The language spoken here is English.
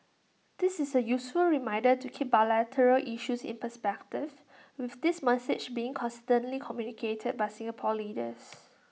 this is A useful reminder to keep bilateral issues in perspective with this message being consistently communicated by Singapore leaders